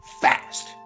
fast